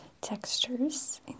textures